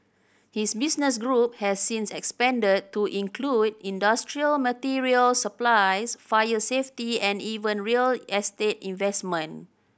his business group has since expanded to include industrial material supplies fire safety and even real estate investment